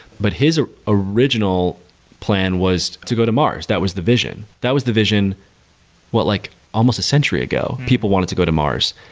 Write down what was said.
but his ah original plan was to go to mars. that was the vision. that was the vision like almost a century ago. people wanted to go to mars.